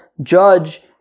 judge